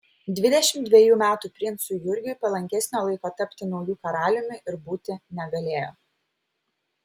dvidešimt dvejų metų princui jurgiui palankesnio laiko tapti nauju karaliumi ir būti negalėjo